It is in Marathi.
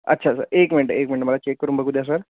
अच्छा स एक मिनटं एक मिनटं मला चेक करून बघू द्या सर